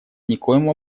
никоим